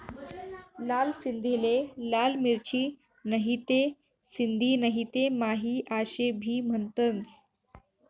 लाल सिंधीले लाल मिरची, नहीते सिंधी नहीते माही आशे भी म्हनतंस